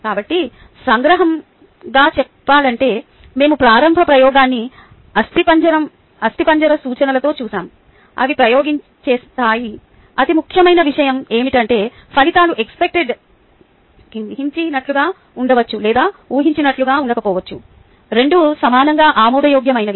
కాబట్టి సంగ్రహంగా చెప్పాలంటే మేము ప్రారంభ ప్రయోగాన్ని అస్థిపంజర సూచనలతో చూశాము అవి ప్రయోగం చేస్తాయి అతి ముఖ్యమైన విషయం ఏమిటంటే ఫలితాలు expected హించినట్లుగా ఉండవచ్చు లేదా ఊహించినట్లుగా ఉండకపోవచ్చు రెండూ సమానంగా ఆమోదయోగ్యమైనవి